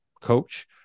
coach